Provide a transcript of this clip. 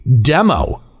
demo